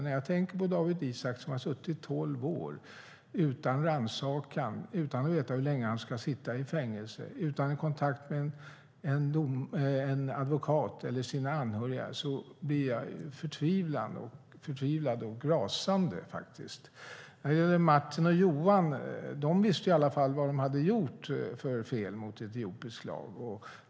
När jag tänker på Dawit Isaak som har suttit i tolv år utan rannsakan, utan att veta hur länge han ska sitta i fängelse och utan kontakt med en advokat eller sina anhöriga blir jag förtvivlad och rasande. Martin och Johan visste i alla fall vilka fel de hade begått mot etiopisk lag.